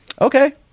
okay